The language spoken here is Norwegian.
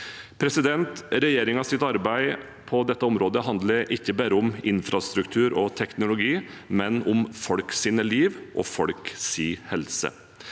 regelverket. Regjeringens arbeid på dette området handler ikke bare om infrastruktur og teknologi, men om folks liv og folks helse.